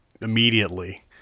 immediately